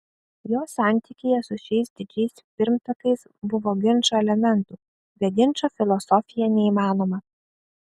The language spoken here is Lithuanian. jo santykyje su šiais didžiais pirmtakais buvo ginčo elementų be ginčo filosofija neįmanoma